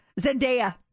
Zendaya